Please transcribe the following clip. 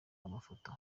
amafoto